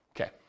Okay